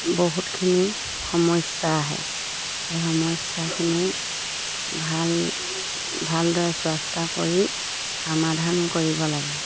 বহুতখিনি সমস্যা আহে সেই সমস্যাখিনি ভাল ভালদৰে চোৱাচিতা কৰি সমাধান কৰিব লাগে